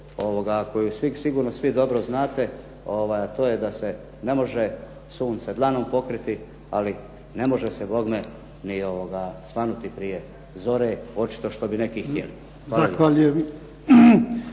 koju sigurno svi dobro znate, a to je da se ne može sunce dlanom pokriti, ali ne može se bogme ni svanuti prije zore, očito što bi neki htjeli.